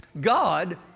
God